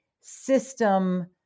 system